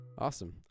Awesome